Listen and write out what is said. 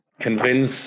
Convince